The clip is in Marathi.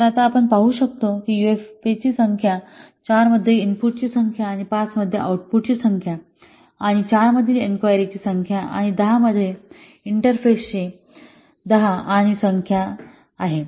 तर आता आपण पाहु शकतो की यूएफपीची संख्या 4 मध्ये इनपुटची संख्या आणि 5 मध्ये आउटपुटची संख्या आणि 4 मधील इन्क्वायरीची संख्या आणि 10 मध्ये इंटरफेसची 10 आणि संख्या संख्येमध्ये आहे